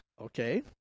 Okay